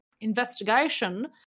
investigation